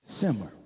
Simmer